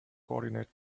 coordinate